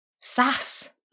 sass